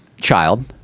child